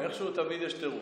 איכשהו תמיד יש תירוץ.